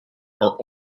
are